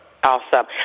Awesome